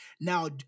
Now